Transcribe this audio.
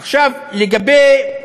עכשיו, לגבי,